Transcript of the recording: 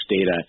data